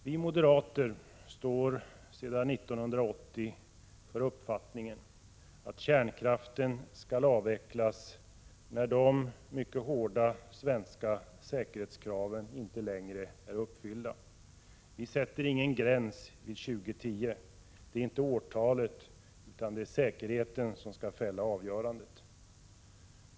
Vi moderater står sedan 1980 för uppfattningen att kärnkraften skall avvecklas när de mycket hårda svenska säkerhetskraven inte längre är uppfyllda. Vi sätter inte någon gräns vid år 2010. Det är inte årtalet utan säkerheten som skall fälla avgörandet.